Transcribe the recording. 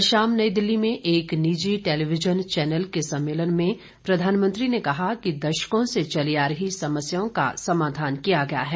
कल शाम नई दिल्लीं में एक निजी टेलीविजन चैनल के सम्मेलन में प्रधानमंत्री ने कहा कि दशकों से चली आ रही समस्याओं का समाधान किया गया है